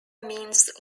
means